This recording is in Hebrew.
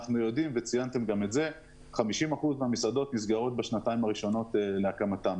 אנחנו יודעים ש-50% מהמסעדות נסגרות בשנתיים הראשונות להקמתן.